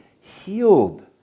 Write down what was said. healed